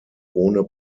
ohne